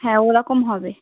হ্যাঁ ওরকম হবে